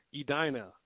Edina